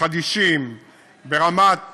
חדישים ברמת